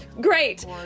Great